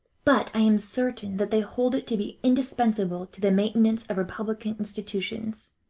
but i am certain that they hold it to be indispensable to the maintenance of republican institutions.